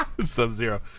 sub-zero